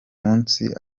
munsi